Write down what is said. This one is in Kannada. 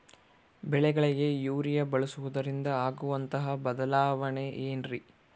ಬೆಳೆಗಳಿಗೆ ಯೂರಿಯಾ ಬಳಸುವುದರಿಂದ ಆಗುವಂತಹ ಬದಲಾವಣೆ ಏನ್ರಿ?